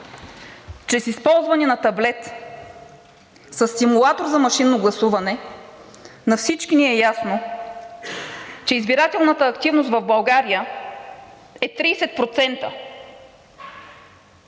чрез използване на таблет със симулатор за машинно гласуване, на всички ни е ясно, че избирателната активност в България е 30%.